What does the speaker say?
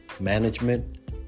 management